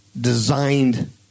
Designed